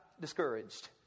discouraged